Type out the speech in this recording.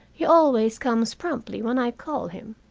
he always comes promptly when i call him.